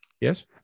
yes